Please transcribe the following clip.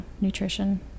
nutrition